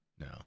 no